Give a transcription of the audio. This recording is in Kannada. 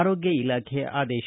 ಆರೋಗ್ಯ ಇಲಾಖೆ ಆದೇಶ